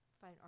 fine